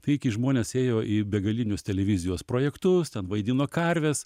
tai kai žmonės ėjo į begalinius televizijos projektus ten vaidino karves